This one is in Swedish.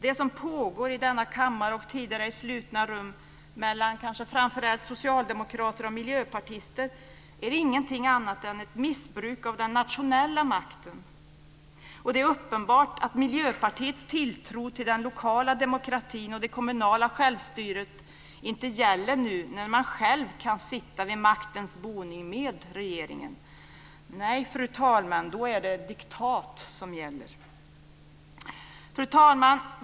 Det som pågår i denna kammare och tidigare i slutna rum mellan kanske framför allt socialdemokrater och miljöpartister är ingenting annat än ett missbruk av den nationella makten. Det är uppenbart att Miljöpartiets tilltro till den lokala demokratin och det kommunala självstyret inte gäller nu när man själv kan sitta vid maktens boning med regeringen. Nej, fru talman, då är det diktat som gäller. Fru talman!